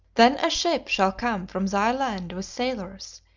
then a ship shall come from thy land with sailors,